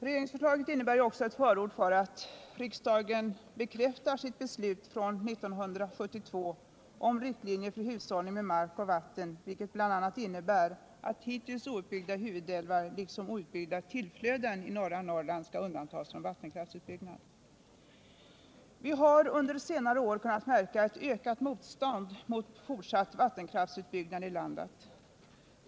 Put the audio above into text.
Regeringsförslaget innebär också ett förord för att riksdagen bekräftar sitt beslut från år 1972 om riktlinjer för hushållning med mark och vatten, vilket bl.a. innebär att hittills outbyggda huvudälvar, liksom outbyggda tillflöden, i norra Norrland skall undantas från vattenkraftsutbyggnad. Vi har under senare år kunnat märka ett ökat motstånd mot fortsatt vattenkraftsutbyggnad i landet.